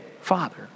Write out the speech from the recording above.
father